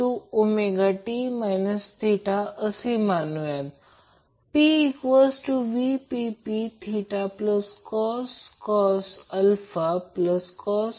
समजा a आहे हे b आहे हे c आहे N बिंदू येथे समाविष्ट नाही